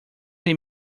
they